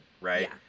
right